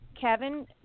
Kevin